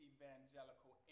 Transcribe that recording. evangelical